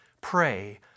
pray